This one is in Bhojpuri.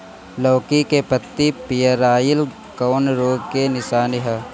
लौकी के पत्ति पियराईल कौन रोग के निशानि ह?